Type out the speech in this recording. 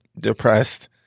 depressed